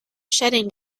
shedding